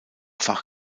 fach